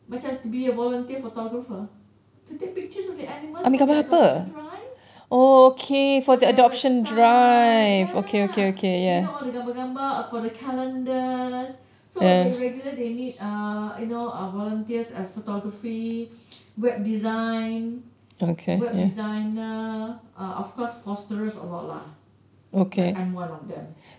macam to be a volunteer photographer to take pictures of their animals for their adoption drive for their website ya you know all the gambar-gambar for the calendars so regular they need uh you know volunteers photography web design web designer of course fosterers a lot lah I'm one of them